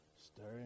stirring